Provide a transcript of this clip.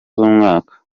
z’umwaka